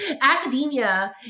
Academia